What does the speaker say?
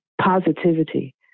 positivity